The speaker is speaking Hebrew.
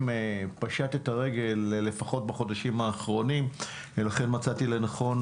פשט את הרגל לפחות בחודשים האחרונים ולכן מצאתי לנכון